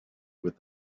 with